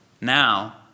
now